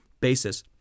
basis